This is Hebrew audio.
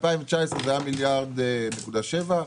ב-2019 זה היה 1.7 מיליארד,